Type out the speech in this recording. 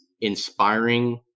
inspiring